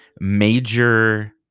major